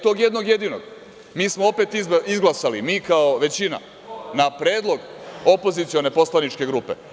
Tog jednog jedinog mi smo opet izglasali, mi kao većina, na predlog opozicione poslaničke grupe.